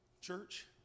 Church